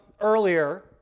earlier